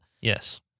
Yes